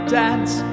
dance